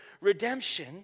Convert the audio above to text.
redemption